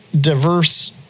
diverse